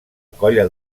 colla